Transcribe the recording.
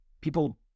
people